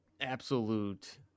absolute